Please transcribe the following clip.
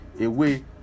away